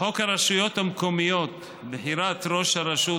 חוק הרשויות המקומיות (בחירת ראש הרשות,